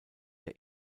der